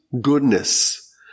goodness